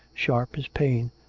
sharp as pain,